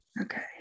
okay